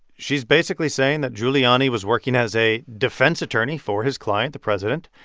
she's basically saying that giuliani was working as a defense attorney for his client, the president,